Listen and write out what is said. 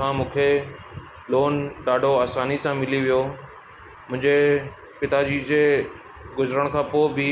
खां मूंखे लोन ॾाढो आसानी सां मिली वियो मुंहिंजे पिताजी जे गुज़रण खां पोइ बि